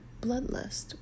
bloodlust